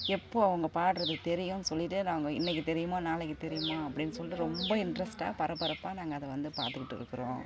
எப்போ அவங்க பாடுறது தெரியுன்னு சொல்லிகிட்டே நாங்கள் இன்னக்கு தெரியுமா நாளைக்கு தெரியுமா அப்படின்னு சொல்லிட்டு ரொம்ப இன்ட்ரஸ்ட்டாக பரபரப்பாக நாங்கள் அதை வந்து பார்த்துக்குட்டுருக்குறோம்